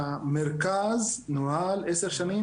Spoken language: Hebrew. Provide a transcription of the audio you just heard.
שהמרכז נוהל עשר שנים